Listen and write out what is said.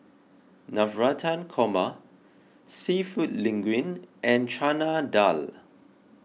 Navratan Korma Seafood Linguine and Chana Dal